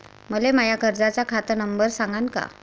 मले माया कर्जाचा खात नंबर सांगान का?